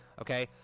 Okay